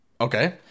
Okay